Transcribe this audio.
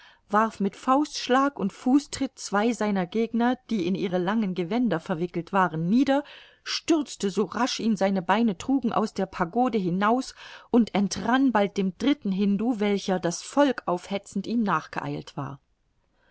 warf mit faustschlag und fußtritt zwei seiner gegner die in ihre langen gewänder verwickelt waren nieder stürzte so rasch ihn seine beine trugen aus der pagode hinaus und entrann bald dem dritten hindu welcher das volk aufhetzend ihm nachgeeilt war